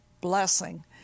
blessing